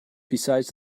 besides